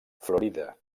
florida